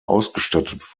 ausgestattet